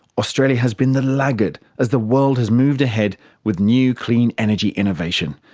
australia has been the laggard as the world has moved ahead with new clean energy innovation.